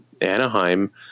Anaheim